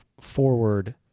forward